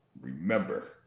Remember